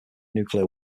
nuclear